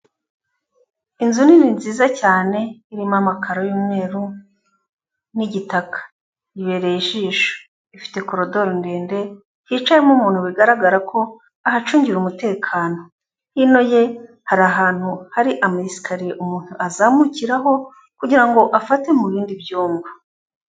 Inzu nini nziza cyane, irimo amakaro y'umweru n'igitaka, ibereye ijisho. Ifite korodoro ndende, hicayemo umuntu bigaragara ko ahacungira umutekano. Hino ye hari ahantu hari ama esecari umuntu azamukiraho, kugira ngo afate mu bindi byumba.